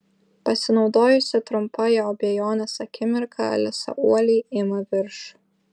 pasinaudojusi trumpa jo abejonės akimirka alisa uoliai ima viršų